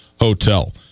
Hotel